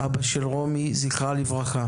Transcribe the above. אבא של רומי, זכרה לברכה.